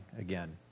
again